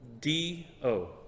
D-O